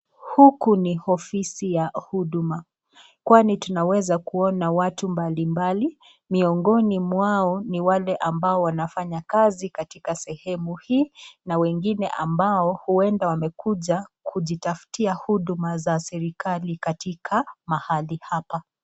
Huku ni ofisi ya huduma kwani tunaweza kuona watu mbalimbali miongoni mwao ni wale ambao wanafanya katika kazi sehemu hii na wengine ambao uenda wamekuja kujitafutia huduma za serekali katika mahali hapa.